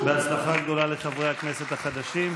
בהצלחה גדולה לחברי הכנסת החדשים.